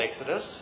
Exodus